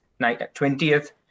20th